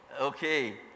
Okay